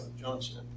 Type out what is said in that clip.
Johnson